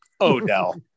Odell